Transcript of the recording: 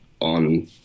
on